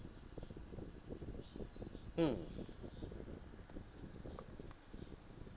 hmm